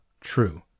true